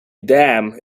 dam